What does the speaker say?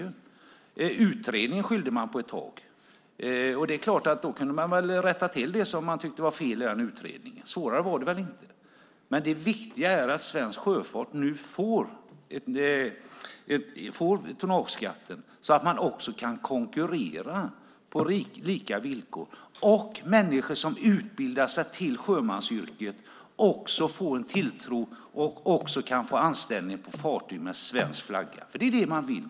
Man skyllde på utredningen ett tag. Det är klart att man kunde rätta till det som man tyckte var fel i den utredningen. Svårare var det väl inte. Det viktiga är att svensk sjöfart nu får tonnageskatten så att man också kan konkurrera på lika villkor. Människor som utbildar sig till sjömansyrket kan då få en tilltro och kan få anställning på fartyg med svensk flagga. Det är det man vill.